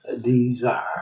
desire